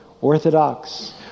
Orthodox